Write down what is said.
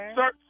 sir